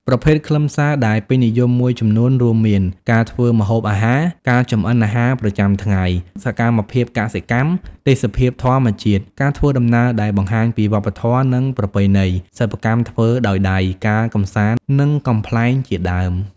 ប្រភេទខ្លឹមសារដែលពេញនិយមមួយចំនួនរួមមាន ការធ្វើម្ហូបអាហារ ការចម្អិនអាហារប្រចាំថ្ងៃ សកម្មភាពកសិកម្ម ទេសភាពធម្មជាតិ ការធ្វើដំណើរដែលបង្ហាញពីវប្បធម៌ និងប្រពៃណី សិប្បកម្មធ្វើដោយដៃ ការកម្សាន្ត និងកំប្លែងជាដើម។